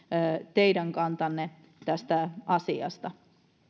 teidän kantanne tästä asiasta